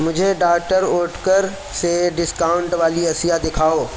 مجھے ڈاکٹر اوٹکر سے ڈسکاؤنٹ والی اشیاء دکھاؤ